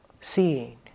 seeing